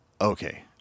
Okay